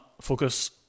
focus